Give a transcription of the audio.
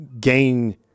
gain